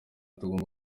tugomba